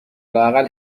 لااقل